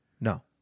No